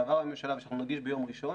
שעבר בממשלה ושאנחנו נגיש ביום ראשון,